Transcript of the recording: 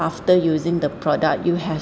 after using the product you have